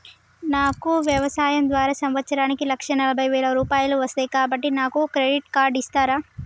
నాకు వ్యవసాయం ద్వారా సంవత్సరానికి లక్ష నలభై వేల రూపాయలు వస్తయ్, కాబట్టి నాకు క్రెడిట్ కార్డ్ ఇస్తరా?